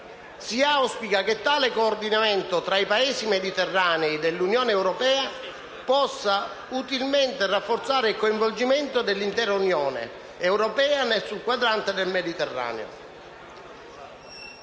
Si auspica che tale coordinamento tra i Paesi mediterranei dell'Unione europea possa utilmente rafforzare il coinvolgimento dell'intera Unione europea sul quadrante del Mediterraneo.